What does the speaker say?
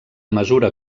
mesura